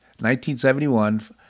1971